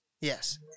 Yes